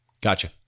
Gotcha